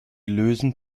lösen